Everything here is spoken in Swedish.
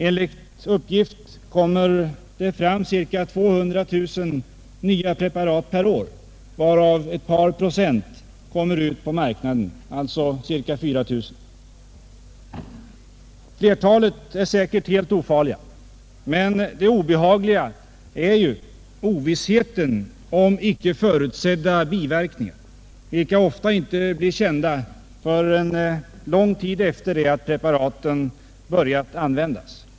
Enligt uppgift kommer det fram ca 200 000 nya preparat per år, av vilka ett par procent kommer ut på marknaden — alltså ungefär 4 000. Flertalet är säkert helt ofarliga, men det obehagliga är ju ovissheten om icke förutsedda biverkningar, vilka ofta inte blir kända förrän lång tid efter det att preparaten börjat användas.